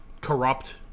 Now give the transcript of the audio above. corrupt